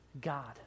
god